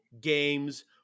games